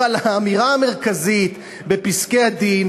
אבל האמירה המרכזית בפסקי-הדין,